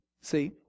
see